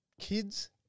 kids